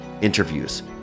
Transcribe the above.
interviews